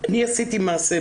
עשיתי מעשה,